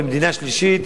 למדינה שלישית.